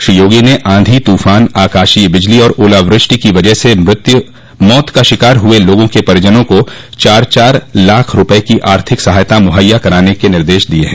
श्री योगी ने आंधी तूफान आकाशीय बिजली और ओलावृष्टि की वजह से मौत का शिकार हुए लोगों के परिजनों को चार चार लाख रूपये की आर्थिक सहायता मुहैया कराने का निर्देश भी दिया है